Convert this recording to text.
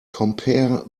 compare